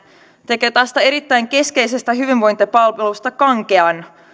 tekee tästä erittäin keskeisestä hyvinvointipalvelusta kankean